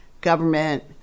government